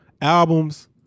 albums